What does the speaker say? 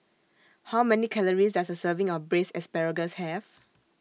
How Many Calories Does A Serving of Braised Asparagus Have